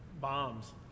bombs